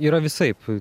yra visaip